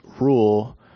rule